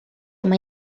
oma